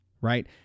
right